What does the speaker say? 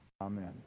Amen